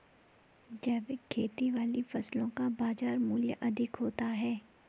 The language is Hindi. जैविक खेती वाली फसलों का बाजार मूल्य अधिक होता है